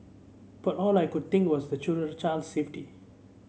but all I could think was the children's child safety